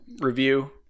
review